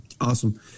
Awesome